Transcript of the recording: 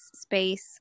space